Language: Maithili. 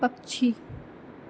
पक्षी